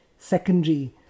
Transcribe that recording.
secondary